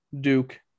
Duke